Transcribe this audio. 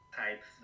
type